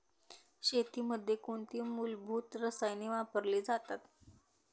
शेतीमध्ये कोणती मूलभूत रसायने वापरली जातात?